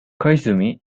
koizumi